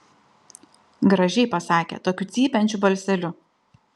gražiai pasakė tokiu cypiančiu balseliu